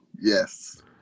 Yes